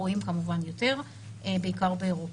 בעיקר באירופה.